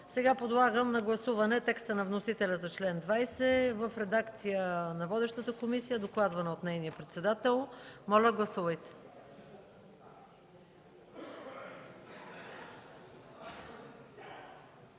Подлагам на гласуване текста на вносителя за чл. 20 в редакцията на водещата комисия, докладван от нейния председател. Гласували